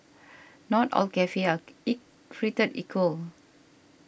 not all cafes are created equal